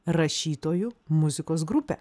rašytojų muzikos grupę